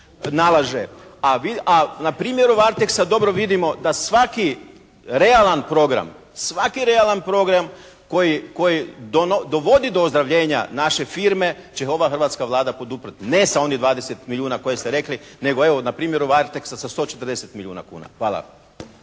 A na primjeru "Varteksa" dobro vidimo da svaki realan program, svaki realan program koji dovodi do ozdravljenja naše firme će ova hrvatska Vlada poduprijeti. Ne sa onih 20 milijuna koje ste rekli nego evo na primjeru "Varteksa" sa 140 milijuna kuna. Hvala.